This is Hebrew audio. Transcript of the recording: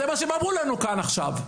זה מה שהם אמרו לנו כאן, עכשיו.